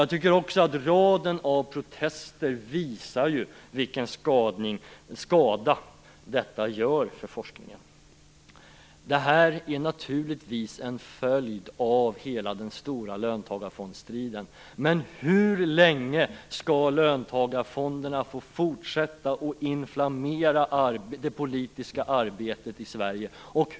Jag tycker också att raden av protester visar vilken skada det gör för forskningen. Detta är naturligtvis en följd av hela den stora löntagarfondsstriden. Men hur länge skall löntagarfonderna få fortsätta att inflammera det politiska arbetet i Sverige?